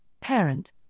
parent